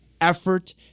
effort